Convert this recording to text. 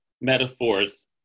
metaphors